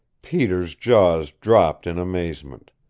peter's jaws dropped in amazement.